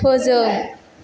फोजों